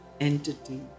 entity